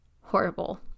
horrible